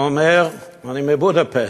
הוא אומר: אני מבודפשט,